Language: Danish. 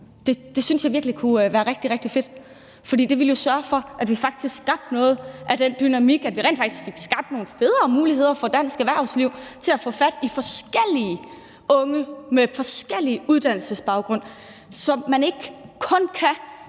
Det synes jeg virkelig kunne være rigtig, rigtig fedt. For det ville jo sørge for, at vi faktisk skabte noget af den dynamik, at vi rent faktisk fik skabt nogle federe muligheder for dansk erhvervsliv for at få fat i forskellige unge med forskellig uddannelsesbaggrund, så man ikke kun kan